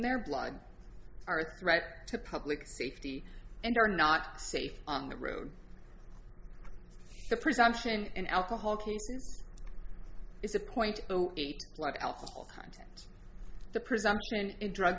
their blood are a threat to public safety and are not safe on the road the presumption in alcoholic is a point zero eight blood alcohol content the presumption in drug